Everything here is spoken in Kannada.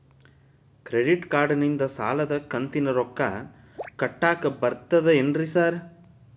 ಕ್ರೆಡಿಟ್ ಕಾರ್ಡನಿಂದ ಸಾಲದ ಕಂತಿನ ರೊಕ್ಕಾ ಕಟ್ಟಾಕ್ ಬರ್ತಾದೇನ್ರಿ ಸಾರ್?